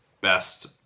best